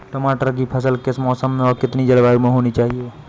टमाटर की फसल किस मौसम व कितनी जलवायु में होनी चाहिए?